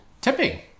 tipping